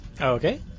Okay